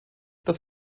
das